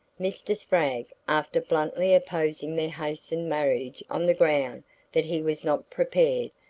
mr. spragg, after bluntly opposing their hastened marriage on the ground that he was not prepared,